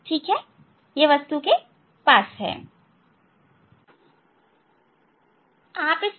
ठीक है1 यह वस्तु के निकट है ठीक है